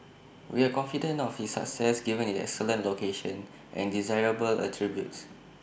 we are confident of its success given its excellent location and desirable attributes